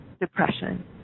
depression